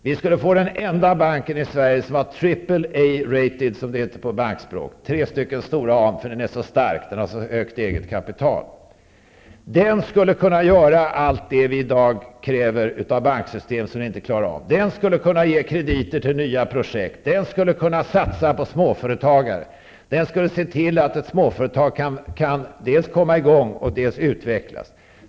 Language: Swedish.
Vi skulle få den enda bank i Sverige som var ''triple A rated'', som det heter på bankspråk -- som hade tre stora A:n för att den är så stark, för att den har så högt eget kapital. Den skulle kunna göra allt det som vi i dag kräver av banksystem -- och som vi inte klarar av. Den skulle kunna ge krediter till nya projekt, den skulle kunna satsa på småföretagare, den skulle se till att småföretag dels kan komma i gång, dels utvecklas.